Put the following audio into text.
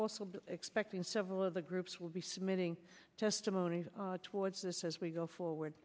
also expecting several of the groups will be submitting testimonies towards this as we go forward